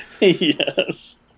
Yes